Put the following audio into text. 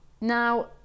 Now